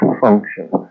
function